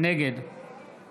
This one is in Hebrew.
נגד